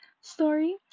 story